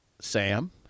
Sam